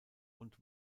und